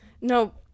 no